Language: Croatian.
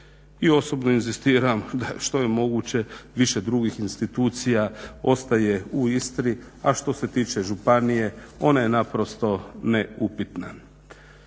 I osobno inzistiram da što je moguće više drugih institucija ostaje u Istri, a što se tiče županije ona je naprosto neupitna.